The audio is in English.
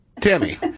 Tammy